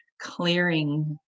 clearing